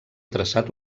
traçat